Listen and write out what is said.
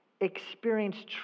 experience